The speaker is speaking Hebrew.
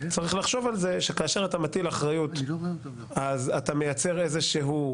צריך לחשוב על זה כשאשר אתה מטיל אחריות אז אתה מייצר איזה שהוא,